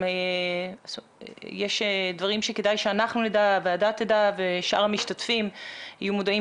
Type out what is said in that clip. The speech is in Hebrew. אם יש דברים שכדאי שהוועדה תדע ושאר המשתתפים יהיו מודעים